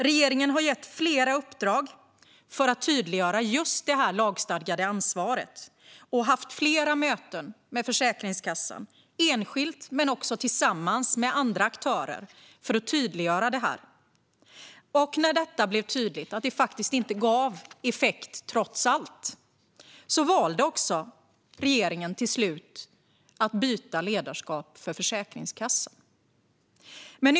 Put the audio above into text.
Regeringen har gett flera uppdrag och haft flera möten med Försäkringskassan, enskilt och tillsammans med andra aktörer, för att tydliggöra just detta lagstadgade ansvar. När det blev tydligt att det trots allt inte gav effekt valde regeringen till slut att byta ledarskap för Försäkringskassan.